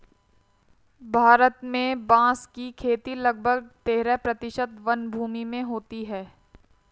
भारत में बाँस की खेती लगभग तेरह प्रतिशत वनभूमि में होती है